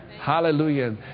Hallelujah